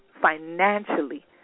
financially